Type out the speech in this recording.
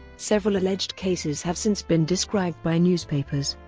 several alleged cases have since been described by newspapers.